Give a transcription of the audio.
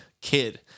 kid